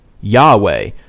Yahweh